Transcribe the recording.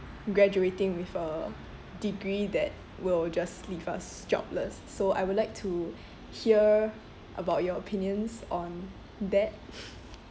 graduating with a degree that will just leave us jobless so I would like to hear about your opinions on that